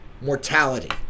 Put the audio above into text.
mortality